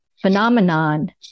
phenomenon